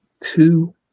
two